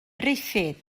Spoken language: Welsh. ruffydd